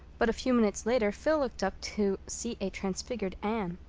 but a few minutes later phil looked up to see a transfigured anne.